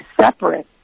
separate